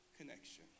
connection